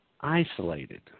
isolated